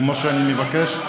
כמו שאני מבקש,